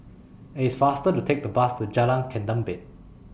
It's faster to Take The Bus to Jalan Ketumbit